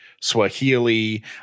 Swahili